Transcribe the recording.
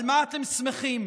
על מה אתם שמחים?